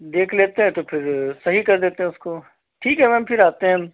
देख लेते हैं तो फिर सही कर देते हैं उसको ठीक है पाइप फिर आते हैं हम